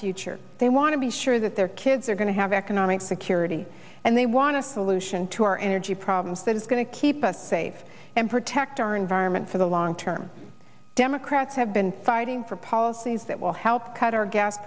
future they want to be sure that their kids are going to have economic security and they want a solution to our energy problems that is going to keep us safe and protect our environment for the long term democrats have been fighting for policies that will help cut our gas